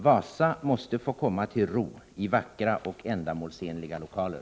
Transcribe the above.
Wasa måste få komma till ro i vackra och ändamålsenliga lokaler.